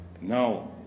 now